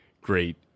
great